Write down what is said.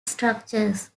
structures